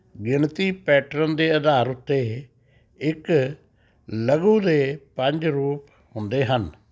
ਗਿਣਤੀ ਪੈਟਰਨ ਦੇ ਅਧਾਰ ਉੱਤੇ ਇੱਕ ਲਘੂ ਦੇ ਪੰਜ ਰੂਪ ਹੁੰਦੇ ਹਨ